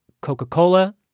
Coca-Cola